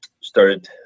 started